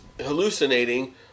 hallucinating